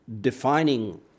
defining